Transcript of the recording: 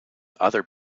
other